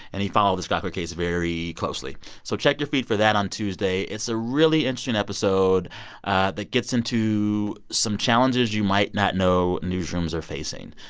and he followed this gawker case very closely so check your feed for that on tuesday. it's a really interesting episode that gets into some challenges you might not know newsrooms are facing.